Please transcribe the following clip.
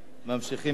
ממשיכים בסדר-היום: